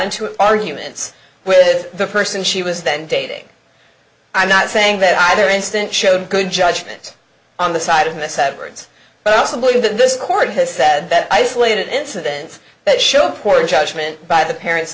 into arguments with the person she was then dating i'm not saying that either instant showed good judgment on the side of miss severance but i also believe that this court has said that isolated incidents that show poor judgment by the parents